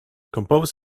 compose